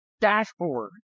dashboard